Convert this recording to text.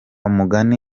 mugani